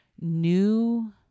New